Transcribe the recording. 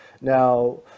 Now